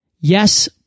Yes